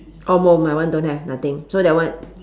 oh mou my one don't have nothing so that one